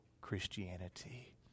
Christianity